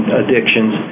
addictions